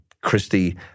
Christie